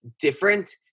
different